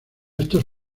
estos